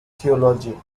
theology